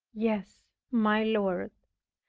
yes, my lord,